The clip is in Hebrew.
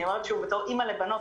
אני אומרת שוב בתור אימא לבנות,